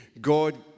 God